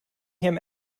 him